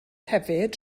hefyd